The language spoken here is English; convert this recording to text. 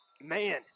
Man